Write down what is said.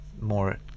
more